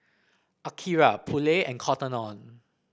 Akira Poulet and Cotton On